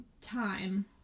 time